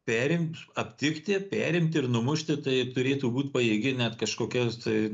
perimt aptikti perimti ir numušti tai turėtų būt pajėgi net kažkokia tai